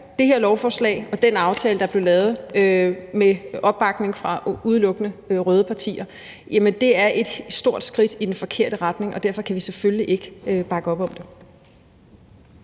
Det her lovforslag og den aftale, der blev lavet med opbakning fra udelukkende røde partier, er et stort skridt i den forkerte retning, og derfor kan vi selvfølgelig ikke bakke op om det.